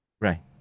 right